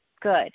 Good